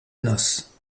noces